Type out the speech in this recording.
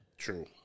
True